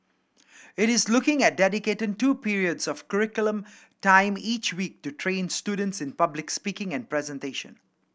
it is looking at dedicating two periods of curriculum time each week to train students in public speaking and presentation